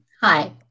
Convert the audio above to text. Hi